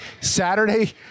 Saturday